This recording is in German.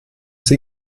sie